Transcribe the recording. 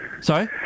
Sorry